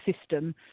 system